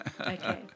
Okay